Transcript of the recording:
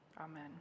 Amen